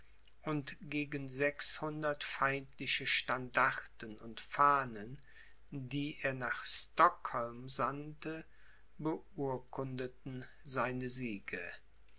und gegen sechshundert feindliche standarten und fahnen die er nach stockholm sandte beurkundeten seine siege